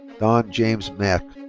don james mak.